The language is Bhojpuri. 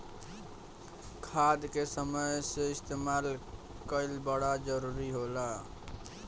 खाद के समय से इस्तेमाल कइल बड़ा जरूरी होला